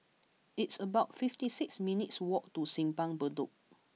it's about fifty six minutes' walk to Simpang Bedok